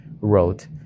wrote